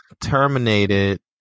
terminated